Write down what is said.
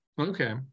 Okay